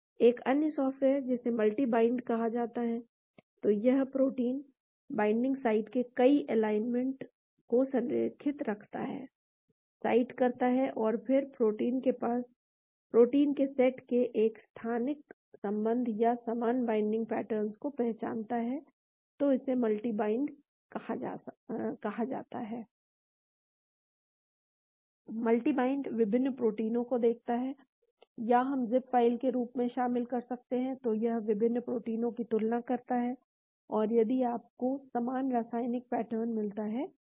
एक अन्य सॉफ्टवेयर जिसे मल्टी बाइंड कहा जाता है तो यह प्रोटीन बाइंडिंग साइट के कई एलाइनमेंट को संरेखित करता है साइट करता है और फिर प्रोटीन के सेट के एक स्थानिक संबंध या समान बाइंडिंग पैटर्न को पहचानता है तो इसे मल्टी बाइंड कहा जाता है मल्टी बाइंड विभिन्न प्रोटीनों को देखता है या हम ज़िप फ़ाइल के रूप में शामिल कर सकते हैं तो यह विभिन्न प्रोटीनों की तुलना करता है और यदि आपको समान रासायनिक पैटर्न मिलता है तो